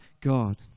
God